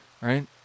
right